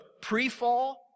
pre-fall